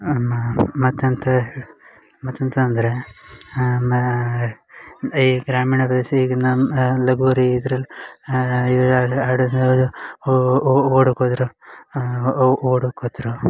ಅಮ್ಮ ಮತ್ತು ಎಂತ ಹೇಳು ಮತ್ತು ಎಂತ ಅಂದರೆ ಮಾ ಈ ಗ್ರಾಮೀಣ ಪ್ರದೇಶ ಈಗ ನಮ್ಮ ಲಗೋರಿ ಇದ್ರಲ್ಲಿ ಇವ್ರು ಓಡುಕ್ಕೆ ಹೋದ್ರ್ ಅವು ಓಡುಕ್ಕೆ ಹೋತ್ರು